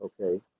Okay